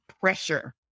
pressure